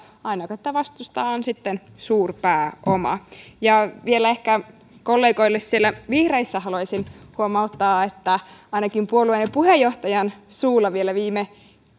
ainoa joka tätä vastustaa on sitten suurpääoma vielä ehkä kollegoille siellä vihreissä haluaisin huomauttaa että ainakin puolueen puheenjohtajan suulla vielä viime